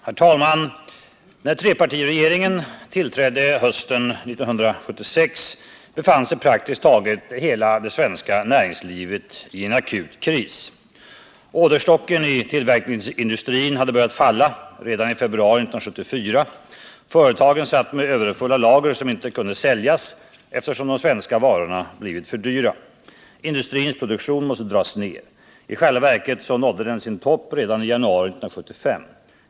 Herr talman! När trepartiregeringen tillträdde hösten 1976 befann sig praktiskt taget hela det svenska näringslivet i en akut kris. Orderstocken i tillverkningsindustrin hade börjat falla redan i februari 1974. Företagen satt med överfulla lager som inte kunde säljas eftersom de svenska varorna blivit för dyra. Industrins produktion måste dras ner. I själva verket nådde den sin topp redan i januari 1975.